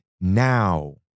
now